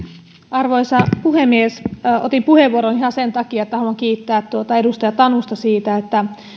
arvoisa puhemies otin puheenvuoron ihan sen takia että haluan kiittää edustaja tanusta siitä että